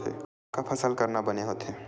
का का फसल करना बने होथे?